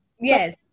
yes